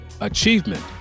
achievement